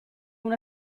una